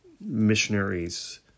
missionaries